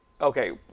okay